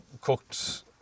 cooked